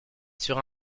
sur